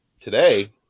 today